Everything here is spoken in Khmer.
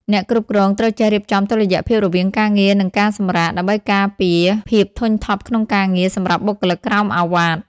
អ្នកគ្រប់គ្រងត្រូវចេះរៀបចំតុល្យភាពរវាងការងារ និងការសម្រាក ដើម្បីការពារភាពធុញថប់ក្នុងការងារ សម្រាប់បុគ្គលិកក្រោមឱវាទ។